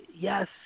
yes